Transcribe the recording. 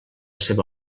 seva